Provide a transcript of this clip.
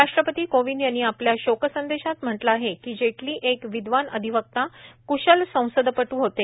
राष्ट्रपती कोविंद यांनी आपल्या शोक संदेशात म्हटलं आहे की जेटली एक विद्वान अधिवक्ता क्शल संसदपटू होते